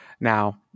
Now